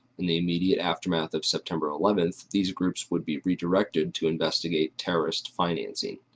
in the immediate aftermath of september eleven, these groups would be redirected to investigate terrorist financing.